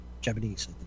Japanese